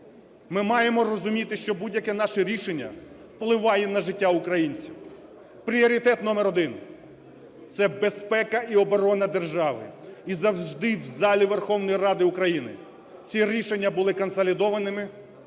Ми маємо розуміти, що будь-яке наше рішення впливає на життя українців. Пріоритет номер 1 – це безпека і оборона держави. І завжди в залі Верховної Ради України ці рішення були консолідованими